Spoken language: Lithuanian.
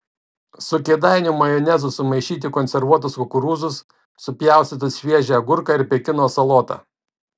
su kėdainių majonezu sumaišyti konservuotus kukurūzus supjaustytus šviežią agurką ir pekino salotą